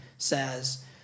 says